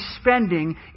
spending